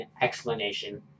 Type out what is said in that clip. explanation